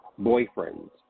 boyfriends